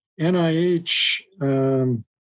NIH